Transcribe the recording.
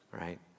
right